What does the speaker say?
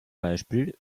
beispiel